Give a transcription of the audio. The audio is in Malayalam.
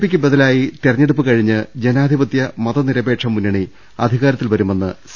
പിക്ക് ബദലായി തെരഞ്ഞെടുപ്പ് കഴിഞ്ഞ് ജനാധിപത്യ മതനിര പേക്ഷ മുന്നണി അധികാരത്തിൽ വരുമെന്ന് സി